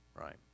right